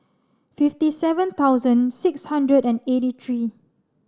fifty seven thousand six hundred and eighty three